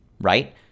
right